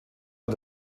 bei